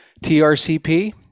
TRCP